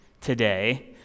today